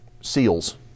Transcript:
seals